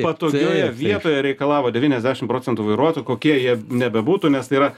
patogioje vietoje reikalavo devyniasdešim procentų vairuotojų kokie jie ne bebūtų nes tai yra